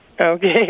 Okay